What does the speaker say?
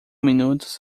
minutos